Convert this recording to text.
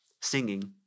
singing